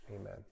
amen